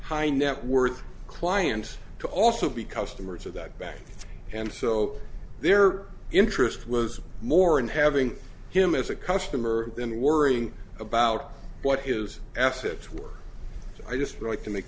high net worth clients to also be customers of that bank and so their interest was more in having him as a customer than worrying about what his assets were i just like to make